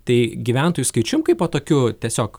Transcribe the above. tai gyventojų skaičiu kaipo tokiu tiesiog